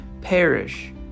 perish